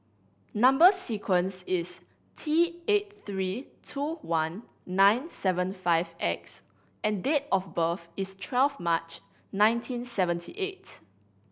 number sequence is T eight three two one nine seven five X and date of birth is twelve March nineteen seventy eight